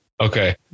Okay